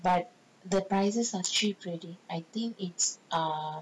but the prices are cheap already I think it's err